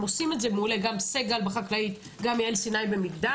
הם עושים את זה גם סגל בפשיעה חקלאית וגם יעל סיני במגדר